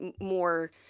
more